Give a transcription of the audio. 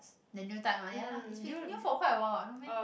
the new type ah ya lah it's been new for quite a while what no meh